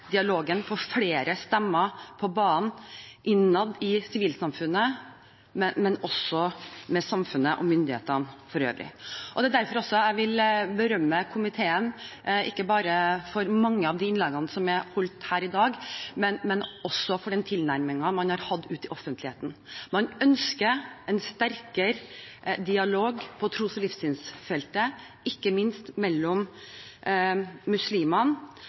dialogen, få flere stemmer på banen innad i sivilsamfunnet, men også med myndighetene og samfunnet for øvrig. Det er derfor jeg vil berømme komiteen ikke bare for mange av de innleggene som er holdt her i dag, men også for den tilnærmingen man har hatt ute i offentligheten. Man ønsker en sterkere dialog på tros- og livssynsfeltet, ikke minst mellom muslimene,